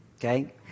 Okay